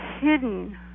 hidden